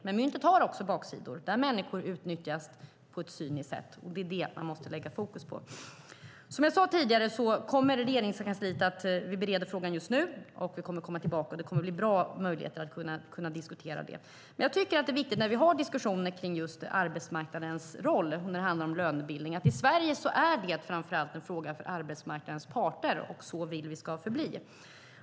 Men myntet har också baksidor. Människor utnyttjas på ett cyniskt sätt. Det är det man måste lägga fokus på. Som jag sade tidigare bereder Regeringskansliet frågan just nu och vi kommer att komma tillbaka. Det kommer att bli bra möjligheter att diskutera det. Jag tycker ändå att det är viktigt när vi för en diskussion om just arbetsmarknadens roll när det handlar om lönebildning att betona att i Sverige är det framför allt en fråga för arbetsmarknadens parter, och så vill vi att det ska förbli.